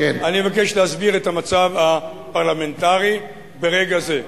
אני מבקש להסביר את המצב הפרלמנטרי ברגע זה.